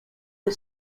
the